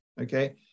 okay